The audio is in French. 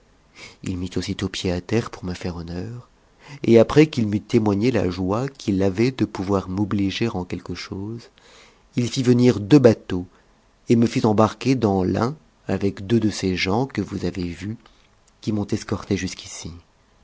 h mit aussitôt pied à terre pour me faire honneur et après qu'il m'eut témoigne la joie qu'il avait de pouvoir m'o bliger en quelque chose il fit venir deux bateaux et me fit embarqua dans l'un avec deux de ses gens que vous avez vus qui m'ont escortée jusqu'ici